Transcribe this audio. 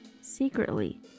Secretly